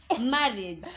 marriage